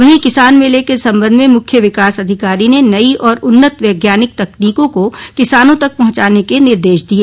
वहीं किसान मेले के संबंध में मुख्य विकास अधिकारी ने नयी और उन्नत वैज्ञानिक तकनीकों को किसानों तक पहुंचाने के निर्देश दिए